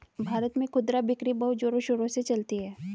भारत में खुदरा बिक्री बहुत जोरों शोरों से चलती है